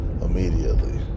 immediately